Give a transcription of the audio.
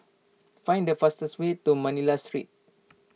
find the fastest way to Manila Street